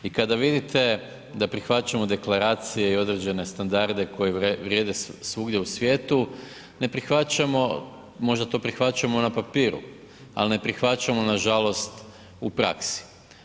I kada vidite da prihvaćamo deklaracije i određene standarde koji vrijede svugdje u svijetu, ne prihvaćamo, možda to prihvaćamo na papiru, ali ne prihvaćamo nažalost u praksi.